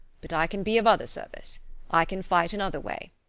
but i can be of other service i can fight in other way.